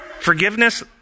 forgiveness